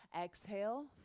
exhale